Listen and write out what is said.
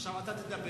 עכשיו אתה תדבר,